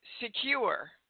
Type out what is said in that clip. secure